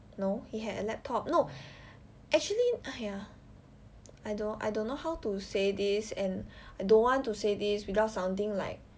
no he had a laptop no actually !aiya! I don't I don't know how to say this and I don't want to say this without sounding like